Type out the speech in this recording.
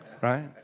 Right